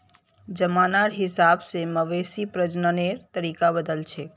जमानार हिसाब से मवेशी प्रजननेर तरीका बदलछेक